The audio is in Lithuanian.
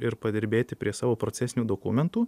ir padirbėti prie savo procesinių dokumentų